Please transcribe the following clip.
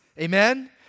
Amen